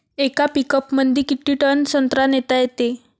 येका पिकअपमंदी किती टन संत्रा नेता येते?